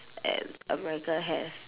and america have